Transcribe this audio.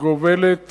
גובלת